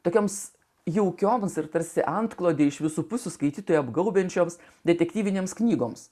tokioms jaukioms ir tarsi antklodė iš visų pusių skaitytojų apgaubiančioms detektyvinėms knygoms